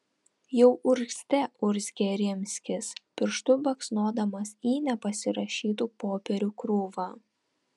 jau urgzte urzgė rimskis pirštu baksnodamas į nepasirašytų popierių krūvą